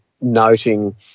noting